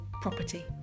property